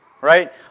right